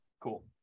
Cool